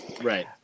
right